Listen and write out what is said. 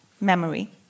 memory